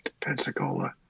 Pensacola